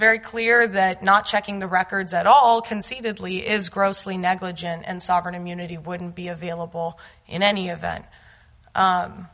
very clear that not checking the records at all conceivably is grossly negligent and sovereign immunity wouldn't be available in any event